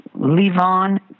Levon